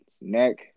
neck